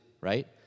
right